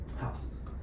houses